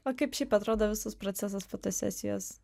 o kaip šiaip atrodo visas procesas fotosesijos